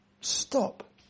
Stop